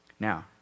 Now